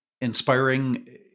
inspiring